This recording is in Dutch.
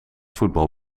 voetbal